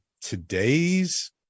Today's